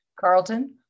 Carlton